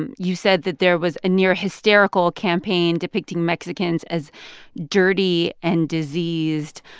and you said that there was a near-hysterical campaign depicting mexicans as dirty and diseased,